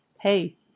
hey